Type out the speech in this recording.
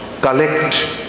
collect